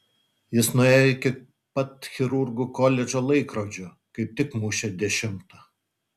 jis nuėjo iki pat chirurgų koledžo laikrodžio kaip tik mušė dešimtą